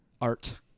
art